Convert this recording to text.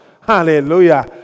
Hallelujah